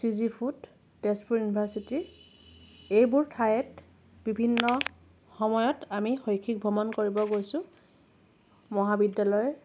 C G food Tezpur university এইবোৰ ঠাইত বিভিন্ন সময়ত আমি শৈক্ষিক ভ্ৰমণ কৰিব গৈছোঁ মহাবিদ্যালয়ৰ